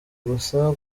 gusa